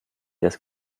das